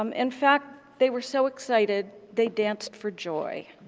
um in fact, they were so excited they danced for joy